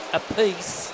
apiece